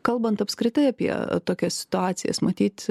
kalbant apskritai apie tokias situacijas matyt